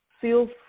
feel